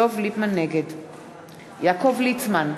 נגד יעקב ליצמן,